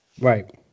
Right